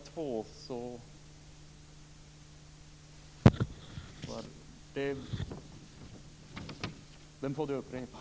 Jag kommer inte ihåg den.